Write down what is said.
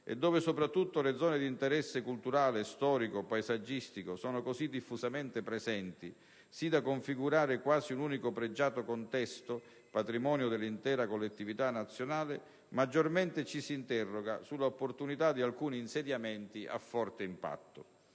e dove, soprattutto, le zone di interesse culturale, storico, paesaggistico sono così diffusamente presenti, sì da configurare quasi un unico pregiato contesto, patrimonio dell'intera collettività nazionale, ci si interroga maggiormente sull'opportunità di alcuni insediamenti a forte impatto.